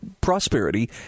prosperity